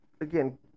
again